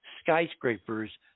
skyscrapers